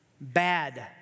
bad